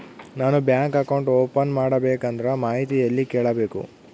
ನಾನು bank account open ಮಾಡಬೇಕಂದ್ರ ಮಾಹಿತಿ ಎಲ್ಲಿ ಕೇಳಬೇಕು?